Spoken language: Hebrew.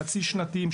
חצי שנתיים,